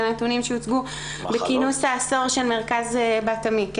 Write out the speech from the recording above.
הנתונים שהוצגו בכינוס העשור של מרכז בת-עמי.